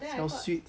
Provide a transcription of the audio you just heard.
小 sweets